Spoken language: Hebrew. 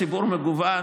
הוא ציבור מגוון,